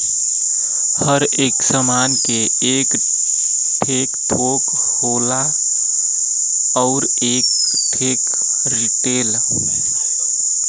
हर एक सामान के एक ठे थोक होला अउर एक ठे रीटेल